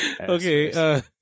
Okay